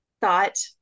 thought